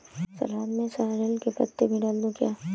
सलाद में सॉरेल के पत्ते भी डाल दूं क्या?